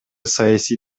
саясий